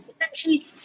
essentially